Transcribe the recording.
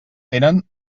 tenen